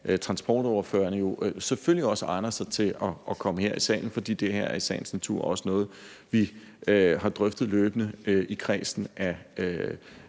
transportordførerne, selvfølgelig også egner sig til at komme herind i salen, for det her er i sagens natur også noget, som vi har drøftet løbende i kredsen af